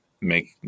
make